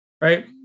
right